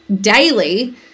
daily